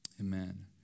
Amen